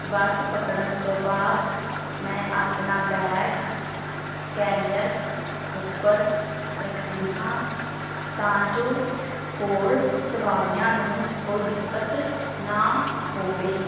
ਅਤੇ ਬੱਸ ਪਕੜਨ ਤੋਂ ਬਾਅਦ ਮੈਂ ਆਪਣਾ ਬੈਗ ਕੈਰੀਅਰ ਉੱਪਰ ਰੱਖਦੀ ਹਾਂ ਤਾਂ ਜੋ ਹੋਰ ਸਵਾਰੀਆਂ ਨੂੰ ਕੋਈ ਦਿੱਕਤ ਨਾ ਹੋਵੇ